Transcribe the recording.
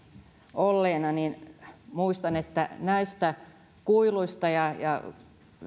olleena muistan että näistä kuiluista ja ja